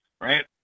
right